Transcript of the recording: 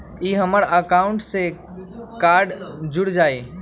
ई हमर अकाउंट से कार्ड जुर जाई?